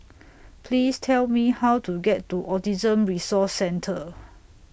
Please Tell Me How to get to Autism Resource Centre